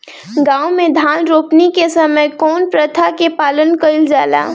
गाँव मे धान रोपनी के समय कउन प्रथा के पालन कइल जाला?